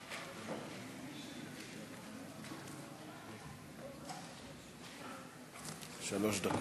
שלוש דקות.